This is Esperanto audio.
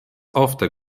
ofte